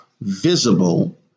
visible